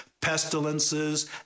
Pestilences